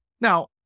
Now